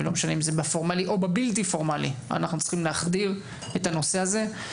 בפורמלי ובבלתי פורמלי בנושא הזה.